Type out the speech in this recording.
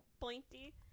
pointy